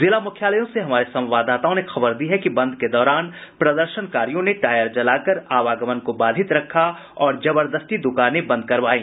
जिला मुख्यालयों से हमारे संवाददाताओं ने खबर दी है कि बंद के दौरान प्रदर्शनकारियों ने टायर जला कर आवागमन को बाधित रखा और जबरदस्ती द्रकानें बंद करवायी